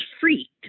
freaked